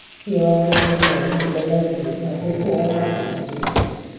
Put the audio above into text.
here i was informed that the residents had little or nothing to do with it.